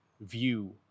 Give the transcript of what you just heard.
view